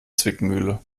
zwickmühle